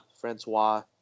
Francois